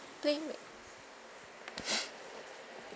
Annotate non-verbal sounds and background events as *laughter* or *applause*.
PlayMade *noise*